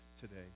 today